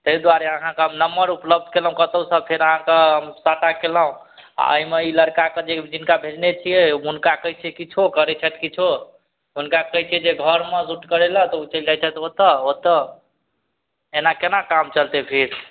ताहि दुआरे अहाँकेँ हम नम्बर उपलब्ध कएलहुँ कतहुसे फेर अहाँकेँ साटा कएलहुँ आओर एहिमे ई लड़काके जे जिनका भेजने छिए हुनका कहै छिए किछु करै छथि किछु हुनका कहै छै जे घरमे शूट करै ले तऽ ओ चलि जाए छथि ओतऽ ओतऽ एना कोना काम चलतै फेर